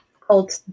called